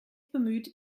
bemüht